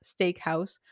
Steakhouse